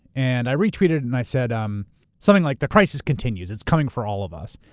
and i retweeted it, and i said um something like, the crisis continues, it's coming for all of us.